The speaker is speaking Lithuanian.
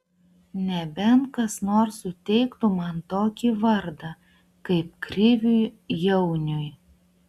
nebent kas nors suteiktų man tokį vardą kaip kriviui jauniui